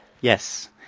Yes